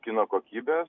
kino kokybės